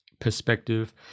perspective